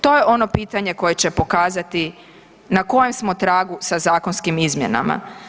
To je ono pitanje koje će pokazati na kojem smo tragu sa zakonskim izmjenama.